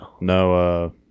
No